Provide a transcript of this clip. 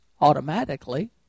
automatically